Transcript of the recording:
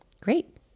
Great